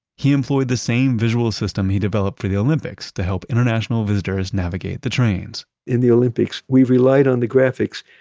he employed the same visual system he developed for the olympics to help international visitors navigate the trains in the olympics, we've relied on the graphics,